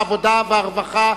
רואה,